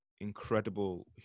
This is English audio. incredible